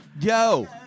Yo